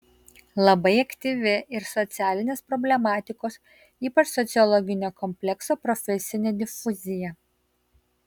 labai aktyvi ir socialinės problematikos ypač sociologinio komplekso profesinė difuzija